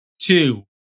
two